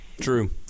True